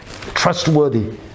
Trustworthy